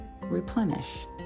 replenish